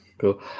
Cool